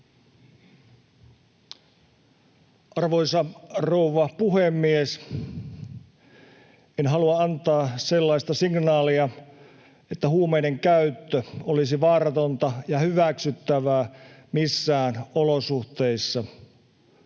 Arvoisa rouva puhemies! En halua antaa sellaista signaalia, että huumeiden käyttö olisi vaaratonta ja hyväksyttävää missään olosuhteissa.